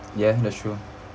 ya that's true